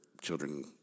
children